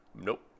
nope